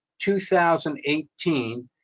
2018